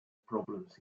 problems